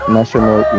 national